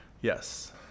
Yes